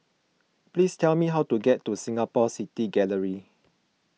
please tell me how to get to Singapore City Gallery